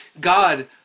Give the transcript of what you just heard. God